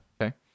Okay